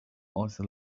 also